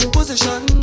Position